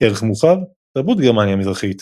ערך מורחב – תרבות גרמניה המזרחית